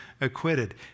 acquitted